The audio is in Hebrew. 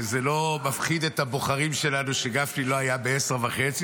וזה לא מפחיד את הבוחרים שלנו שגפני לא היה בעשר וחצי,